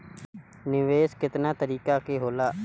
निवेस केतना तरीका के होला?